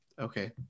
Okay